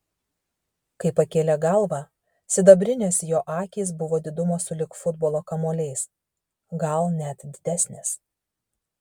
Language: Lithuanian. kai pakėlė galvą sidabrinės jo akys buvo didumo sulig futbolo kamuoliais gal net didesnės